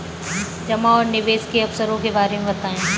जमा और निवेश के अवसरों के बारे में बताएँ?